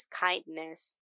kindness